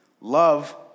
Love